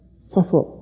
suffer